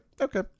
okay